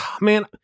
man